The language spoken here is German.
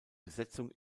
besetzung